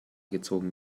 gezogen